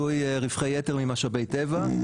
יתר ממשאבי טבע.